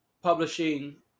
publishing